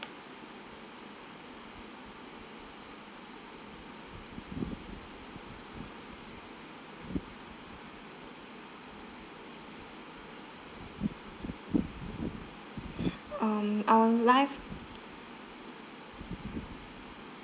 um our life